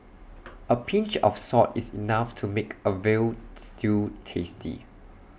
A pinch of salt is enough to make A Veal Stew tasty